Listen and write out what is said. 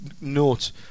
Note